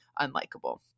unlikable